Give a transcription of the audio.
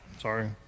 Sorry